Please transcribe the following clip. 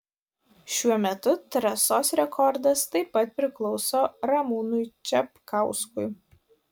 šiuo metu trasos rekordas taip pat priklauso ramūnui čapkauskui